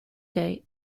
day